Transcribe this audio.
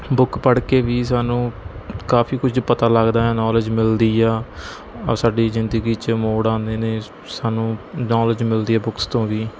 book ਪੜ੍ਹ ਕੇ ਵੀ ਸਾਨੂੰ ਕਾਫੀ ਕੁਝ ਪਤਾ ਲੱਗਦਾ ਨੌਲੇਜ ਮਿਲਦੀ ਆ ਅ ਸਾਡੀ ਜ਼ਿੰਦਗੀ 'ਚ ਮੋੜ ਆਉਂਦੇ ਨੇ ਸਾਨੂੰ ਨੌਲੇਜ ਮਿਲਦੀ ਆ ਬੁੱਕਸ ਤੋਂ ਵੀ